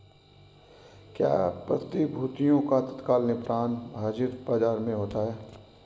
क्या प्रतिभूतियों का तत्काल निपटान हाज़िर बाजार में होता है?